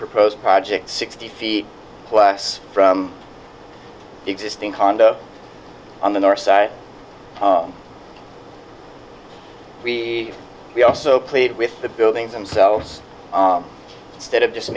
proposed project sixty feet plus from existing condo on the north side we also played with the buildings themselves instead of just